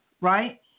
right